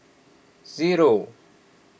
zero